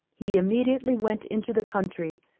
he immediately went into the country,